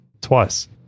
twice